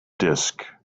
disk